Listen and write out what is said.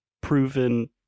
proven